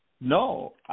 no